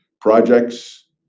projects